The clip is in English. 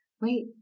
wait